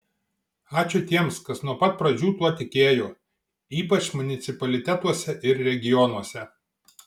ačiū tiems kas nuo pat pradžių tuo tikėjo ypač municipalitetuose ir regionuose